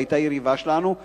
שהיתה יריבה שלנו,